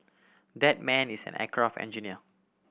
that man is an aircraft engineer